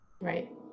right